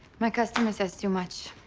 my customer says too much.